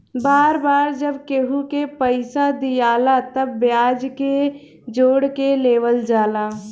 बार बार जब केहू के पइसा दियाला तब ब्याज के जोड़ के लेवल जाला